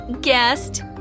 guest